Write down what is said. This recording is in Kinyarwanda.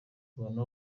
abantu